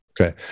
Okay